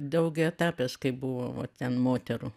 daugiaetapės kai buvo va ten moterų